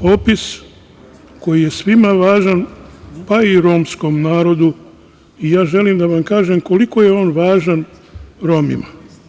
popis koji je svima važan, pa i romskom narodu i ja želim da vam kažem koliko je on važan Romima.